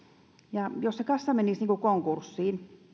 jos se kassa menisi konkurssiin